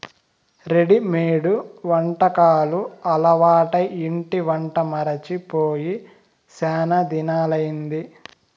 readymade వంటకాలు అలవాటై ఇంటి వంట మరచి పోయి శానా దినాలయ్యింది